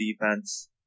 defense